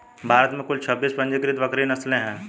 भारत में कुल छब्बीस पंजीकृत बकरी नस्लें हैं